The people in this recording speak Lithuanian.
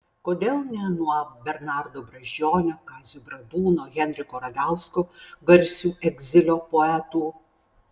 kodėl ne nuo bernardo brazdžionio kazio bradūno henriko radausko garsių egzilio poetų